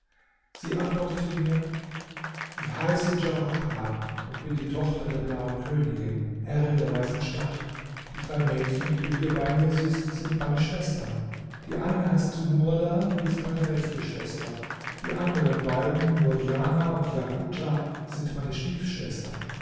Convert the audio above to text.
sie antwortete mir ich heiße djauharah und bin die tochter der blauen königin herrin der weißen stadt die drei mädchen die du hier bei mir siehst sind meine schwestern die eine heißt sumurda und ist meine rechte schwester die anderen beiden murdjana und jakuta sind meine stiefschwestern